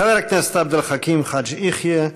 חבר הכנסת עבד אל חכים חאג' יחיא,